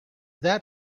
that